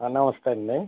నమస్తే అండి